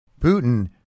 Putin